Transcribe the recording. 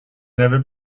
never